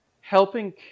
helping